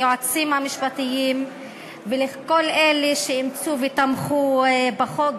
ליועצים המשפטיים ולכל אלה שאימצו ותמכו בחוק,